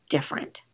different